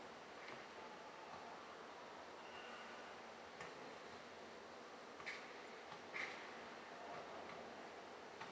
box